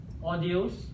audios